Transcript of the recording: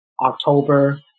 October